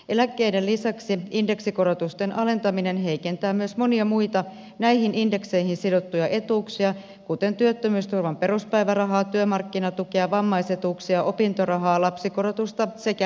eläkkeiden lisäksi indeksikorotusten alentaminen heikentää myös monia muita näihin indekseihin sidottuja etuuksia kuten työttömyysturvan peruspäivärahaa työmarkkinatukea vammaisetuuksia opintorahaa lapsikorotusta sekä rintamalisiä